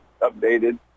updated